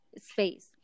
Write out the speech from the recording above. space